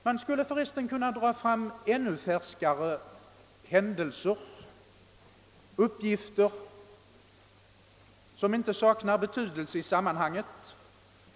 Jag skulle för resten kunna fästa uppmärksamheten på ännu färskare händelser — uppgifter som inte saknar betydelse i sammanhanget.